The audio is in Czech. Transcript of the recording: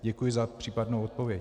Děkuji za případnou odpověď.